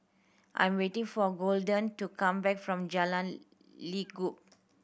I'm waiting for Golden to come back from Jalan Lekub